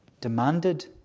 demanded